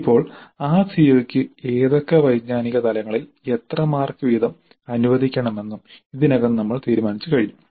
ഇപ്പോൾ ആ സിഒക്ക് ഏതൊക്കെ വൈജ്ഞാനിക തലങ്ങളിൽ എത്ര മാർക്ക് വീതം അനുവദിക്കണമെന്നും ഇതിനകം നമ്മൾ തീരുമാനിച്ചു കഴിഞ്ഞു